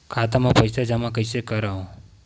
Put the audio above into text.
खाता म पईसा जमा कइसे करव?